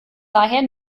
daher